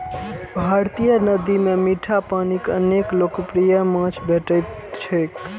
भारतीय नदी मे मीठा पानिक अनेक लोकप्रिय माछ भेटैत छैक